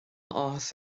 áthas